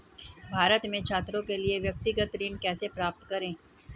भारत में छात्रों के लिए व्यक्तिगत ऋण कैसे प्राप्त करें?